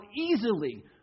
easily